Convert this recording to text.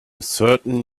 certain